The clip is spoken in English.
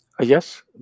Yes